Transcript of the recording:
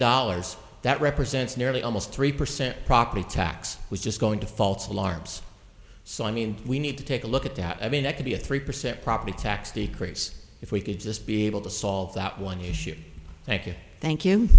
dollars that represents nearly almost three percent property tax was just going to false alarms so i mean we need to take a look at that i mean that could be a three percent property tax decrease if we could just be able to solve that one issue thank you thank